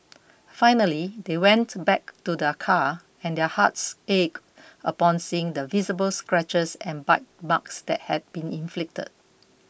finally they went back to their car and their hearts ached upon seeing the visible scratches and bite marks that had been inflicted